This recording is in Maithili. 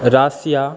रासिया